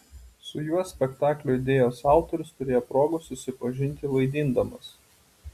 su juo spektaklio idėjos autorius turėjo progos susipažinti vaidindamas